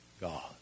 God